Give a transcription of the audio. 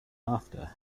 after